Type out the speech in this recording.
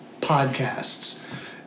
podcasts